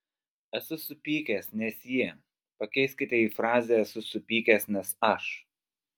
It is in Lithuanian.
esu supykęs nes jie pakeiskite į frazę esu supykęs nes aš